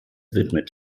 widmet